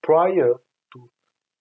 prior to